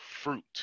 fruit